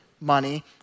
money